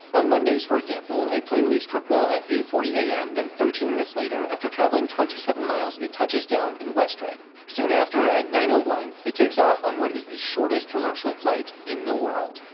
on mondays, for example, a plane leaves kirkwall at eight forty am then thirteen minutes later, after traveling twenty seven miles, it touches down in westray. soon after at nine one, it takes off on what is the shortest commercial flight in the world.